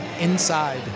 inside